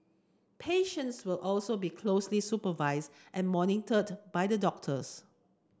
patients will also be closely supervised and monitored by the doctors